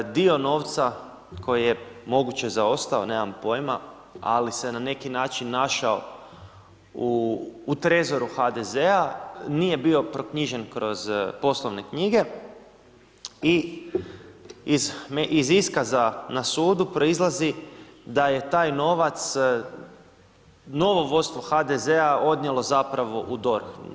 Dio novca koji je moguće zaostao, nemam pojma, ali se ne neki način našao u trezoru HDZ-a, nije bio proknjižen kroz poslovne knjige i iz iskaza na sudu proizlazi da je taj novac, novo vodstvo HDZ-a odnijelo zapravo u DORH.